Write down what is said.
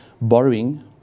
borrowing